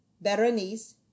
Berenice